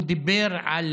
הוא דיבר על